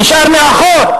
נשאר מאחור.